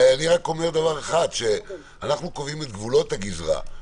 אנחנו קובעים את גבולות הגזרה.